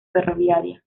ferroviaria